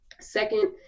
Second